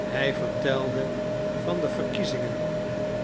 hij vertelde van de verkiezingen